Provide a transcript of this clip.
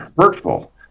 hurtful